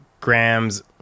grams